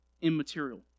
immaterial